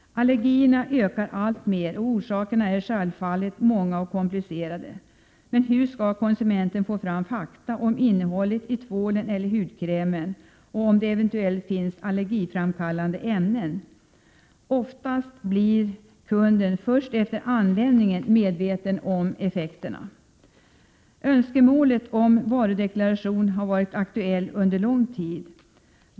Allergierna ökar alltmer, och orsakerna till detta förhållande är självfallet många och komplicerade. Men hur skall konsumenterna få fakta om innehållet i tvålen eller hudkrämen, om den eventuellt innehåller allergiframkallande ämnen? Oftast blir kunden först efter användningen medveten om effekterna. Önskemålet om varudeklaration har varit aktuell under lång tid.